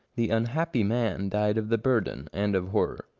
the unhappy man died of the burden and of horror.